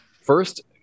First